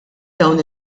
dawn